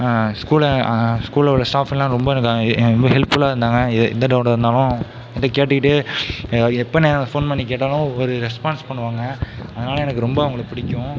school ஸ்கூலில் உள்ள ஸ்டாப்ஸுலாம் எனக்கு ரொம்ப எனக்கு வந்து ஹெல்ப்ஃபுல்லாக இருந்தாங்க எந்த டவுட் இருந்தாலும் என்கிட்ட கேட்டுகிட்டே எப்போ நான் போன் பண்ணி கேட்டாலும் ஒரு ரெஸ்பான்ஸ் பண்ணுவாங்க அதனால எனக்கு ரொம்ப அவங்கள பிடிக்கும்